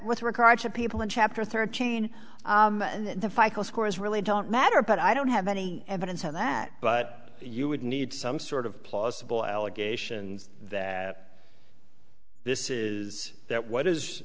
with regard to people in chapter thirteen and the fica score is really don't matter but i don't have any evidence of that but you would need some sort of plausible allegations that this is that what is